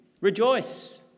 rejoice